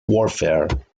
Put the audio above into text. warfare